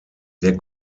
der